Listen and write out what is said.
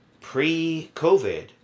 pre-covid